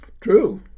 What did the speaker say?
True